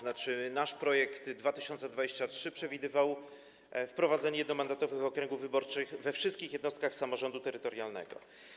Nasz projekt z druku nr 2023 przewidywał wprowadzenie jednomandatowych okręgów wyborczych we wszystkich jednostkach samorządu terytorialnego.